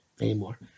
anymore